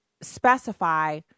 specify